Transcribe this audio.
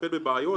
לטפל בבעיות,